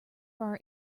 bar